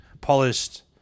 polished